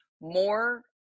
more